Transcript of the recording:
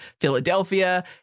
Philadelphia